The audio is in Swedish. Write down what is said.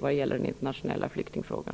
vad gäller den internationella flyktingfrågan.